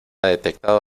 detectado